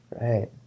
Right